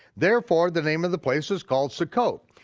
therefore, the name of the place is called succoth.